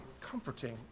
comforting